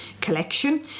collection